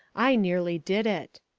i nearly did it.